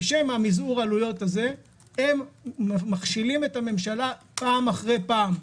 בשם מזעור העלויות הזה הם מכשילים את הממשלה פעם אחר פעם.